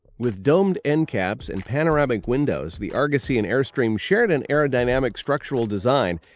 with domed end caps and panoramic windows, the argosy and airstream shared an aerodynamic structural design,